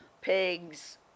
pigs